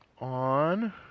on